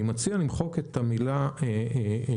ואני מציע למחוק את המילה ניסיונית.